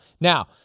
Now